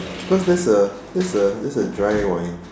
because that's a that's a that's a dry wine